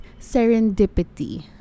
Serendipity